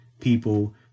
people